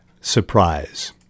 surprise